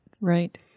Right